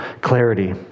clarity